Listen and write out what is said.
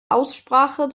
aussprache